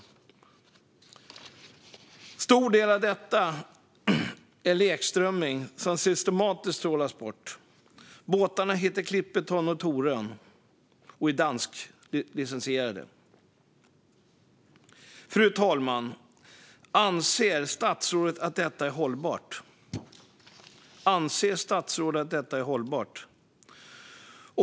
En stor del av detta är lekströmming som systematiskt trålas bort. Båtarna heter Clipperton och Torön och är dansklicensierade. Fru talman! Anser statsrådet att detta är hållbart?